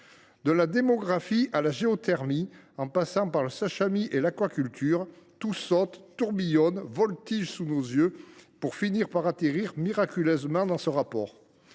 De la démographie à la géothermie, en passant par le sashimi et l’aquaculture, tout saute, tourbillonne, voltige sous nos yeux pour finir par atterrir miraculeusement dans ce rapport.